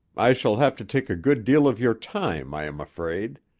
i shall have to take a good deal of your time, i am afraid.